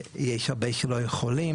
ויש הרבה שלא יכולים,